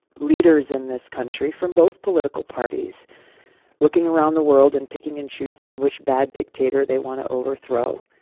leaders in this country from both political parties looking around the world and picking and choosing which bad dictator they want to overthrow,